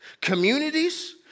communities